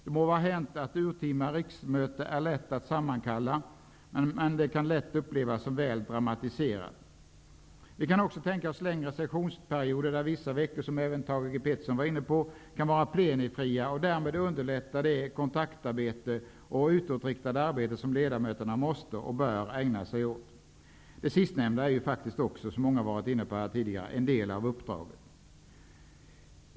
Det må vara hänt att det är lätt att sammankalla ett urtima riksmöte, men det kan lätt upplevas som väl dramatiserat att göra det. Vi kan också tänka oss längre sessionsperioder, där vissa veckor -- som Thage G. Peterson var inne på -- kan vara plenifria och därmed underlätta det kontaktarbete och utåtriktade arbete som ledamöterna måste och bör ägna sig åt. Det sistnämnda är faktiskt också, som många har varit inne på tidigare, en del av uppdraget.